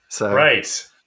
Right